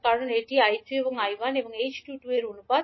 কারণ এটি আবার 𝐈2 এবং 𝐈1 এবং 𝐡22 এর মধ্যে অনুপাত